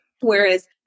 Whereas